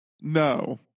no